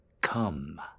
come